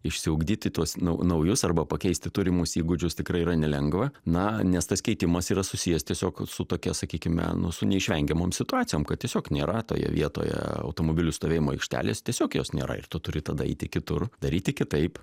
išsiugdyti tuos naujus arba pakeisti turimus įgūdžius tikrai yra nelengva na nes tas keitimas yra susijęs tiesiog su tokia sakykime nu su neišvengiamom situacijom kad tiesiog nėra toje vietoje automobilių stovėjimo aikštelės tiesiog jos nėra ir tu turi tada eiti kitur daryti kitaip